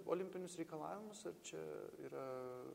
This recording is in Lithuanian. olimpinius reikalavimus ar čia yra